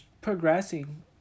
progressing